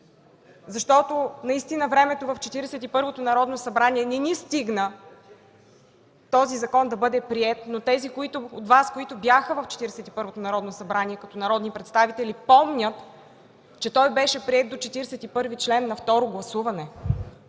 времето в Четиридесет и първото Народно събрание не ни стигна този закон да бъде приет, но тези от Вас, които бяха в това Народно събрание като народни представители, помнят, че той беше приет до 41-ви член на второ гласуване.